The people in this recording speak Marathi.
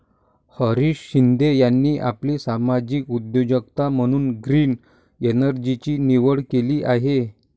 हरीश शिंदे यांनी आपली सामाजिक उद्योजकता म्हणून ग्रीन एनर्जीची निवड केली आहे